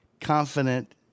confident